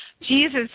Jesus